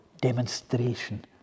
demonstration